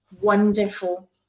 wonderful